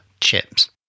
chips